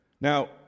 Now